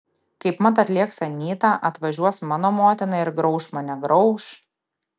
kaipmat atlėks anyta atvažiuos mano motina ir grauš mane grauš